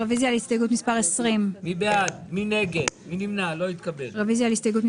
רוויזיה על הסתייגות מספר 10. מי בעד קבלת הרוויזיה?